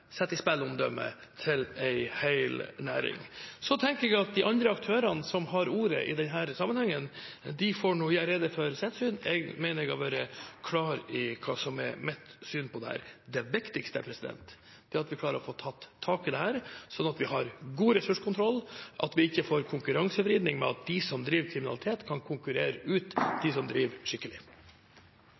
sette i spill omdømmet til en hel næring. Så tenker jeg at de andre aktørene som har ordet i denne sammenhengen, får gjøre rede for sitt syn. Jeg mener jeg har vært klar på hva som er mitt syn på dette. Det viktigste er at vi klarer å få tatt tak i dette, sånn at vi har god ressurskontroll, at vi ikke får konkurransevridning ved at de som driver med kriminalitet, kan konkurrere ut de som driver skikkelig.